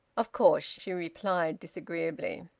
of course, she replied disagreeably.